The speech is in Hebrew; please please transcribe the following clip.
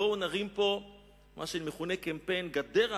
בואו נרים פה מה שמכונה קמפיין גדר ההפרדה,